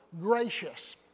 gracious